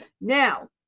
Now